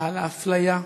על האפליה,